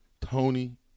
Tony